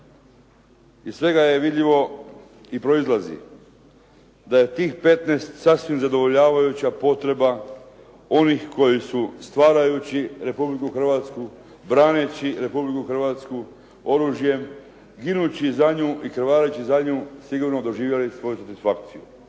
Iz svega je vidljivo i proizlazi da je tih petnaest sasvim zadovoljavajuća potreba onih koji su stvarajući Republiku Hrvatsku, braneći Republiku Hrvatsku oružjem i ginući za njih i krvareći za nju sigurno doživjeli svoju satisfakciju.